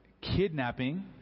Kidnapping